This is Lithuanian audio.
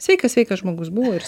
sveikas sveikas žmogus buvo ir